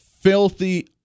filthy